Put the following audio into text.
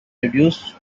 reduced